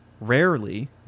rarely